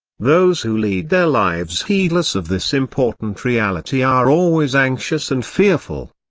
those who lead their lives heedless of this important reality are always anxious and fearful.